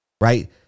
right